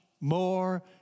more